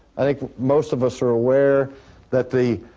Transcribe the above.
i think most of us are aware that the